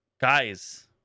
guys